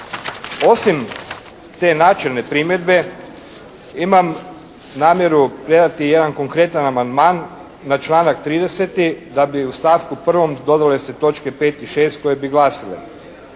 Osim te načelne primjedbe imam namjeru predati jedan konkretan amandman na članak 30. da bi u stavku 1. dodale se točke 5. i 6. koje bi glasile.